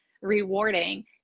rewarding